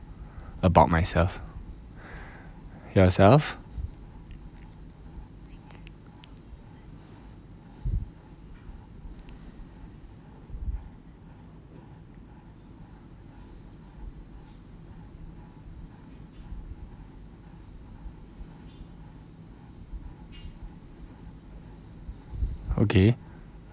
about myself yourself okay